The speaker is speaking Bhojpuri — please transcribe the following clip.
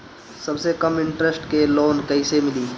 सबसे कम इन्टरेस्ट के लोन कइसे मिली?